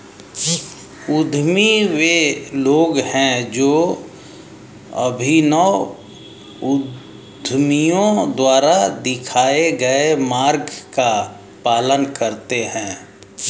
उद्यमी वे लोग हैं जो अभिनव उद्यमियों द्वारा दिखाए गए मार्ग का पालन करते हैं